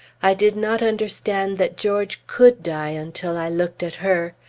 i did not understand that george could die until i looked at her.